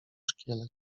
szkielet